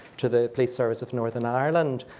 to the police service of northern ireland.